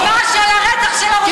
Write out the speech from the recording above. תגיד משהו על הרצח של השוטרים.